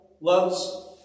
loves